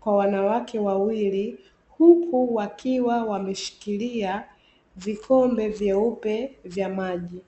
kwa wanawake wawili, huku wakiwa wameshikilia vikombe vyeupe vya maji.